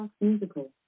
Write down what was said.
musical